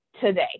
today